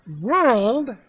world